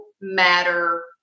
matter